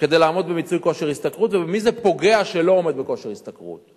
כדי לעמוד במיצוי כושר השתכרות ובמי שלא עומד בכושר השתכרות זה פוגע.